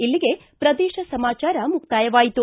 ಇಲ್ಲಿಗೆ ಪ್ರದೇಶ ಸಮಾಚಾರ ಮುಕ್ತಾಯವಾಯಿತು